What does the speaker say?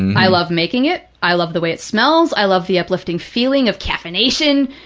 and i love making it. i love the way it smells. i love the uplifting feeling of caffeination.